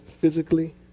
physically